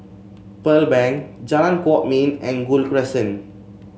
Pearl Bank Jalan Kwok Min and Gul Crescent